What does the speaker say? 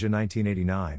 1989